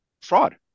fraud